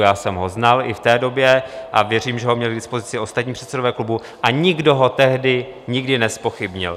Já jsem ho znal i v té době a věřím, že ho měli k dispozici i ostatní předsedové klubů, a nikdo ho tehdy nikdy nezpochybnil.